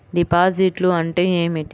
డిపాజిట్లు అంటే ఏమిటి?